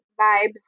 vibes